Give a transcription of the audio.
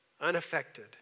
unaffected